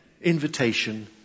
invitation